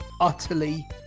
utterly